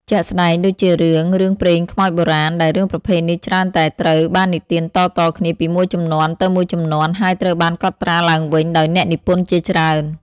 ជាក់ស្តែងដូចជារឿង រឿងព្រេងខ្មោចបុរាណ ដែលរឿងប្រភេទនេះច្រើនតែត្រូវបាននិទានតៗគ្នាពីមួយជំនាន់ទៅមួយជំនាន់ ហើយត្រូវបានកត់ត្រាឡើងវិញដោយអ្នកនិពន្ធជាច្រើន។